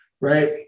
right